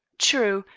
true,